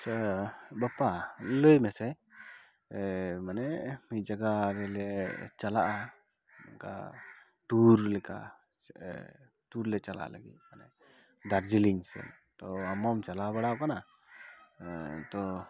ᱟᱪᱪᱷᱟ ᱵᱟᱯᱟ ᱞᱟᱹᱭ ᱢᱮᱥᱮ ᱢᱟᱱᱮ ᱢᱤᱫ ᱡᱟᱭᱜᱟ ᱨᱮᱞᱮ ᱪᱟᱞᱟᱜᱼᱟ ᱚᱱᱠᱟ ᱴᱩᱨ ᱞᱮᱠᱟ ᱥᱮ ᱴᱩᱨ ᱞᱮ ᱪᱟᱞᱟᱜ ᱞᱟᱹᱜᱤᱫ ᱢᱟᱱᱮ ᱫᱟᱨᱡᱤᱞᱤᱝ ᱥᱮᱫ ᱛᱚ ᱟᱢ ᱢᱟᱢ ᱪᱟᱞᱟᱣ ᱵᱟᱲᱟ ᱟᱠᱟᱱᱟ ᱛᱚ